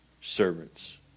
servants